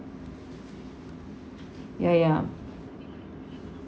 ya ya